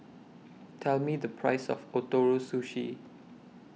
Tell Me The Price of Ootoro Sushi